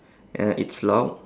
uh it's locked